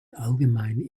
allgemein